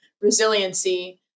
resiliency